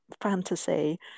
fantasy